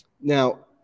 Now